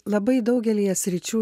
labai daugelyje sričių